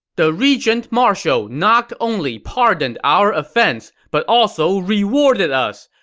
the regent-marshal not only pardoned our offense, but also rewarded us.